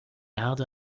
erde